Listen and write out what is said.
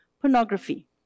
pornography